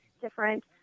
different